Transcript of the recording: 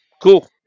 Cool